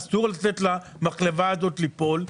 אסור לתת למחלבה הזאת ליפול.